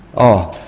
oh,